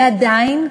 ועדיין,